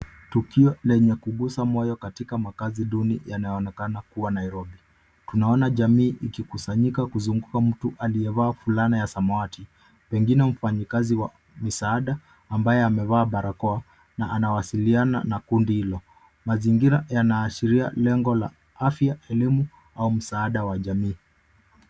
Tukio lenye kugusa moyo katika makaazi duni yanayoonekana kuwa Nairobi. Tunaona jamii ikikusanyika kuzunguka mtu aliyevaa fulana ya samawati pengine mfanyakazi wa misaada ambaye amevaa barakoa na anawasiliana na kundi hilo. Mazingira yanaashiria lengo la afya, elimu au msaada wa jamii.